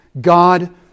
God